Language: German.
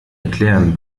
erklären